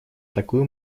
такую